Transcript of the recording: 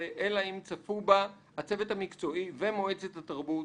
אלא אם צפו בה הצוות המקצועי ומועצת התרבות,